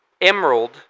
Emerald